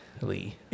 Lee